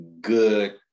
good